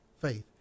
faith